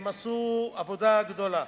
והם עשו עבודה גדולה.